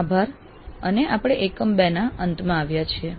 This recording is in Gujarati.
આભાર અને આપણે એકમ 2 ના અંતમાં આવ્યા છીએ